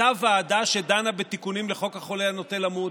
הייתה ועדה שדנה בתיקונים לחוק החולה הנוטה למות.